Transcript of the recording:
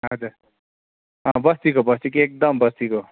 हजुर बस्तीको बस्तीको एकदम बस्तीको